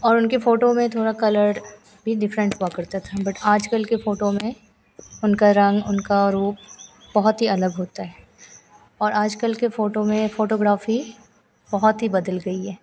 और उनकी फ़ोटो में थोड़ा कलर भी डिफरेन्ट हुआ करता था बट आजकल की फ़ोटो में उनका रंग उनका रूप बहुत ही अलग होता है और आजकल की फ़ोटो में फ़ोटोग्राफी बहुत ही बदल गई है